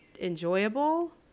enjoyable